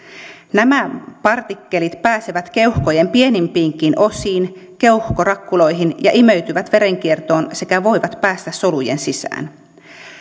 nämä partikkelit pääsevät keuhkojen pienimpiinkin osiin keuhkorakkuloihin ja imeytyvät verenkiertoon sekä voivat päästä solujen sisään zhang